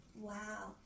Wow